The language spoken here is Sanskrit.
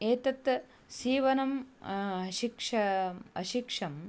एतत् सीवनं शिक्ष अशिक्षम्